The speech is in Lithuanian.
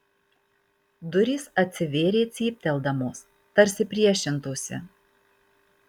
durys atsivėrė cypteldamos tarsi priešintųsi